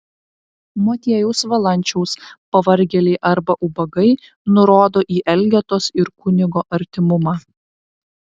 motiejaus valančiaus pavargėliai arba ubagai nurodo į elgetos ir kunigo artimumą